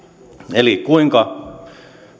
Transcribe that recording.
eli kuinka